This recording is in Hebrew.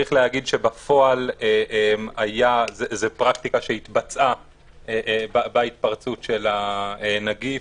צריך להגיד שבפועל זה פרקטיקה שהתבצעה בהתפרצות של הנגיף.